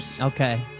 Okay